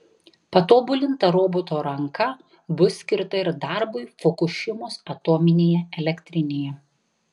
patobulinta roboto ranka bus skirta ir darbui fukušimos atominėje elektrinėje